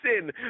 sin